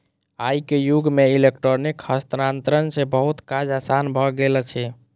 आई के युग में इलेक्ट्रॉनिक हस्तांतरण सॅ बहुत काज आसान भ गेल अछि